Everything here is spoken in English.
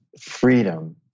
freedom